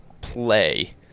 play